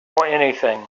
anything